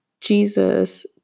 Jesus